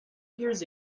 years